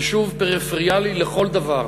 יישוב פריפריאלי לכל דבר,